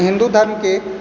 हिन्दू धर्मके